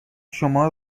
شما